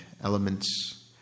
elements